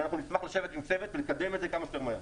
נשמח לשבת עם צוות לקדם את זה כמה שיותר מהר.